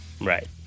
Right